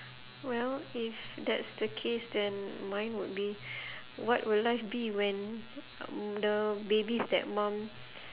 well if that's the case then mine would be what will life be when the baby stepmum